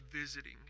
visiting